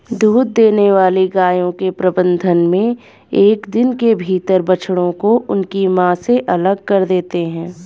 दूध देने वाली गायों के प्रबंधन मे एक दिन के भीतर बछड़ों को उनकी मां से अलग कर देते हैं